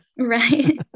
right